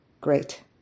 Great